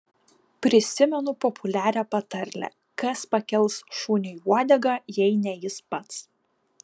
prisimenu populiarią patarlę kas pakels šuniui uodegą jei ne jis pats